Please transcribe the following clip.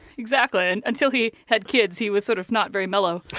exactly. and until he had kids, he was sort of not very mellow